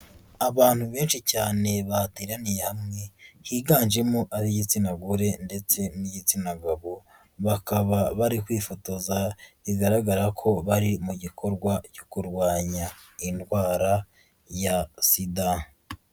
Abantu benshi cyane bateraniye hamwe, higanjemo ab'igitsina gore ndetse n'igitsina gabo, bakaba bari kwifotoza bigaragara ko bari mu gikorwa cyo kurwanya indwara ya SIDA.